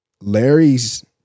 Larry's